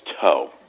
toe